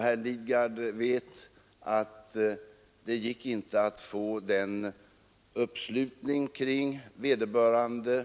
Herr Lidgard vet att det inte gick att få en sådan uppslutning kring vederbörande